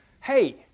hey